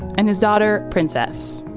and his daughter, princess.